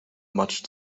much